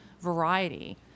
variety